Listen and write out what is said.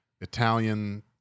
Italian